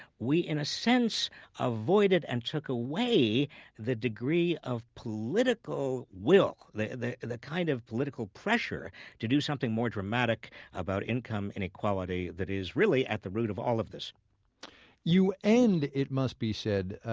we in a sense avoided and took away the degree of political will, the the kind of political pressure to do something more dramatic about income and equality that is really at the root of all of this you end, it must be said,